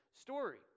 story